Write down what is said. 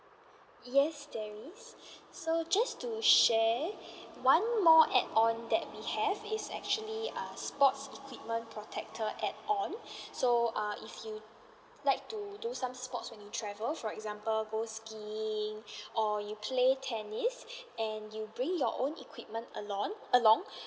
yes there is so just to share one more add on that we have is actually uh sports equipment protector add on so uh if you like to do some sports when you travel for example go skiing or you play tennis and you bring your own equipment along along